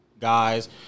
guys